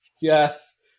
Yes